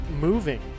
moving